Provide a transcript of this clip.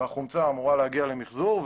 והחומצה אמורה להגיע למיחזור.